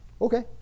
okay